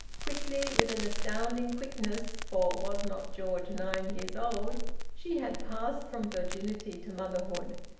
quickly, with an astounding quickness for was not george nine years old she had passed from virginity to motherhood.